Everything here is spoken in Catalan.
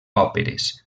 òperes